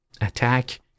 attack